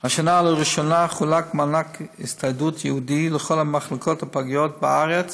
השנה לראשונה חולק מענק הצטיידות ייעודי לכל מחלקות הפגיות בארץ